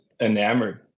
enamored